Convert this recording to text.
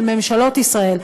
של ממשלות ישראל,